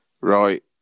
Right